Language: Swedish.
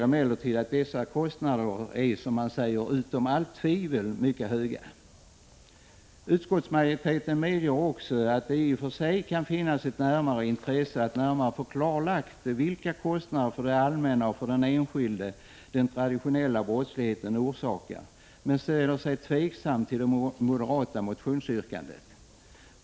Att dessa kostnader är mycket höga är utom allt tvivel, medger man emellertid. Utskottsmajoriteten medger att det i och för sig kan finnas ett större intresse för att närmare få klarlagt vilka kostnader den traditionella brottsligheten orsakar för det allmänna och för de enskilda, men man ställer sig tveksam till det moderata motionsyrkandet.